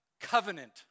covenant